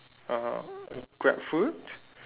uh grab food